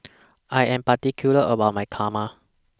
I Am particular about My Kurma